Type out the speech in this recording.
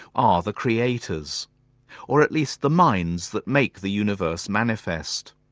are the creators or at least the minds that make the universe manifest.